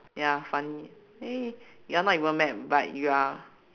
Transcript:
ya funny you're not even mad but you are